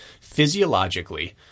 physiologically